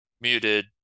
muted